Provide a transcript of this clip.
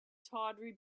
tawdry